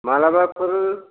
मालाबाफोर